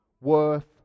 worth